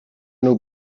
nhw